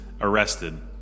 arrested